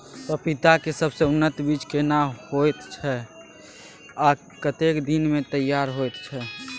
पपीता के सबसे उन्नत बीज केना होयत छै, आ कतेक दिन में तैयार होयत छै?